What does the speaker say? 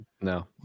No